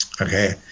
Okay